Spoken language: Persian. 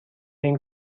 این